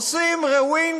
עושים rewind,